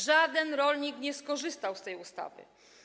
Żaden rolnik nie skorzystał z tej ustawy.